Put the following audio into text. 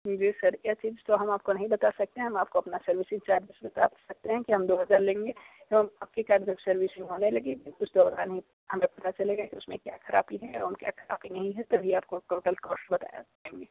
जी sir ये चीज़ तो हम आपको नहीं बता सकते हम आपको अपना सर्विसिंग चार्ज बता सकते हैं कि हम दो हज़ार लेंगे एवं आपकी कार जब सर्विसिंग होने लगे उस दौरान ही हमें पता चलेगा कि उसमें क्या ख़राबी है और क्या ख़राबी नहीं है तभी आपको टोटल कॉस्ट बता सकेंगे